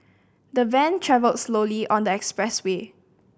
the van travelled slowly on the expressway